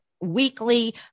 weekly